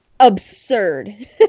absurd